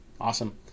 awesome